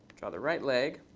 draw the right leg.